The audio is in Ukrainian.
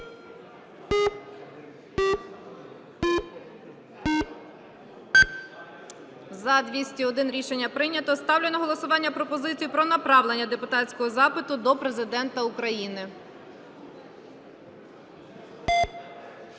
За-198 Рішення прийнято. Ставлю на голосування пропозицію про направлення депутатського запиту до Президента України.